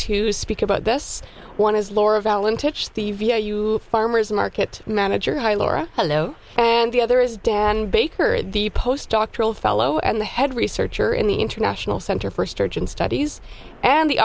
to speak about this one is laura valentine the farmer's market manager hi laura hello and the other is dan baker the post doctoral fellow and the head researcher in the international center for strategic studies and the